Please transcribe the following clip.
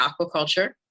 aquaculture